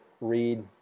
read